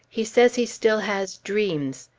he says he still has dreams!